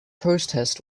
protest